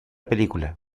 película